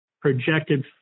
projected